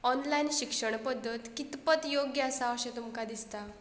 online शिक्षण पद्दत कीत पत योग्य आसा अशें तुमकां दिसता